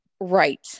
Right